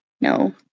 No